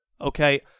okay